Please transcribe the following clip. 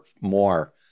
more